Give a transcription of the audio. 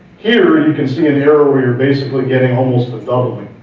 here, you can see an arrow where you're basically getting almost a doubling,